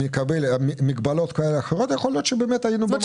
יכול להיות שבאמת היינו במקום אחר.